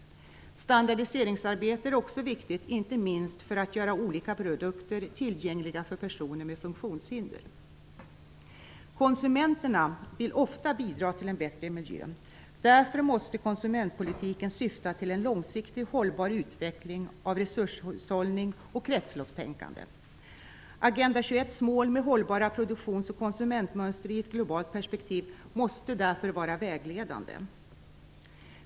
Standardiseringsarbetet är också viktigt, inte minst för att göra olika produkter tillgängliga för personer med funktionshinder. Konsumenterna vill ofta bidra till en bättre miljö. Därför måste konsumentpolitiken syfta till en långsiktig hållbar utveckling av resurshushållning och kretsloppstänkande. Agenda 21:s mål med hållbara produktions och konsumentmönster i ett globalt perspektiv måste därför vara vägledande.